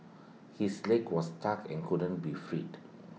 his leg was stuck and couldn't be freed